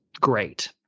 Great